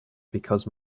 because